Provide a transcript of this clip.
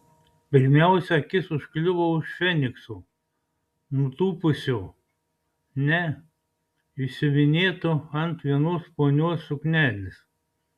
pirmiausia akis užkliuvo už fenikso nutūpusio ne išsiuvinėto ant vienos ponios suknelės